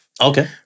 Okay